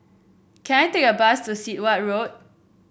can I take a bus to Sit Wah Road